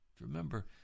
Remember